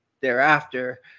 thereafter